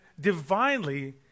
divinely